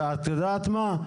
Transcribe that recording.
את יודעת מה?